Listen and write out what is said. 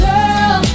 Girl